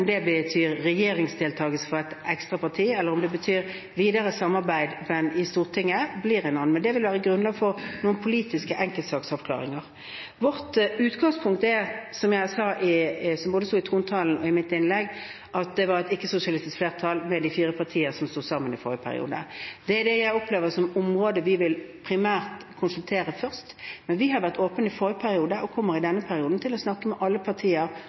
Om det betyr regjeringsdeltakelse for et ekstra parti, eller om det betyr videre samarbeid i Stortinget, blir å se, men det vil være grunnlag for noen politiske enkeltsaksavklaringer. Vårt utgangspunkt er – som det sto i trontalen, og som jeg sa i mitt innlegg – at det var et ikke-sosialistisk flertall ved de fire partier som sto sammen i forrige periode. Det er det jeg opplever er det området vi primært vil konsultere først, men vi var i forrige periode åpne for og kommer i denne perioden til å snakke med alle partier